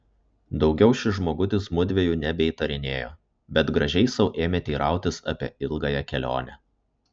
daugiau šis žmogutis mudviejų nebeįtarinėjo bet gražiai sau ėmė teirautis apie ilgąją kelionę